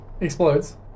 Explodes